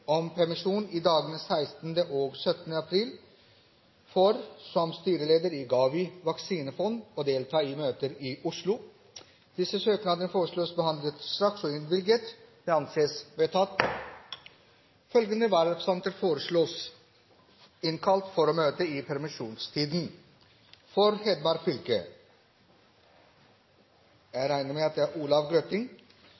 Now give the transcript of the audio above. om permisjon i dagene 16. og 17. april for, som styreleder i GAVI vaksinefond, å delta i møter i Oslo Etter forslag fra presidenten ble enstemmig besluttet: Søknadene behandles straks og innvilges. Følgende vararepresentanter innkalles for å møte i permisjonstiden: For Hedmark fylke: